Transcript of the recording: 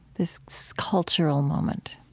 this so cultural moment?